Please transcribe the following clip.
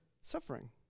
suffering